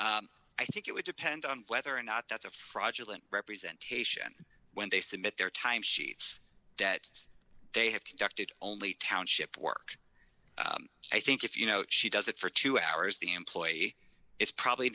i think it would depend on whether or not that's a fraudulent representation when they submit their time sheets debts they have conducted only township work i think if you know she does it for two hours the employee it's probably